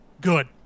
good